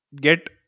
get